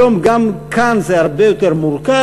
היום גם כאן זה הרבה יותר מורכב,